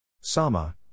Sama